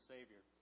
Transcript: Savior